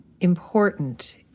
important